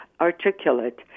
articulate